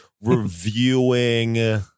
reviewing